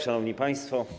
Szanowni Państwo!